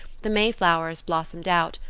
the mayflowers blossomed out,